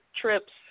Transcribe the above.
trips